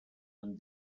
amb